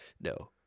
No